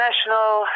National